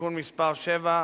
(תיקון מס' 7),